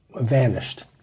vanished